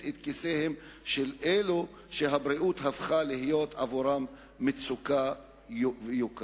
את כיסיהם של אלו שהבריאות הפכה להיות עבורם מוצר יוקרה.